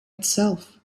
itself